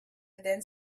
then